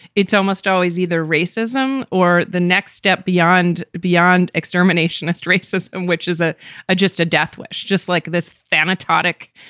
it's almost always either racism or the next step beyond beyond extermination is racism, which is ah ah just a deathwish just like this. fantastic.